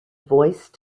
voice